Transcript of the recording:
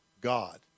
God